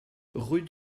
rue